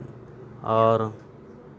ᱟᱨ